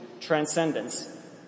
transcendence